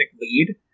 lead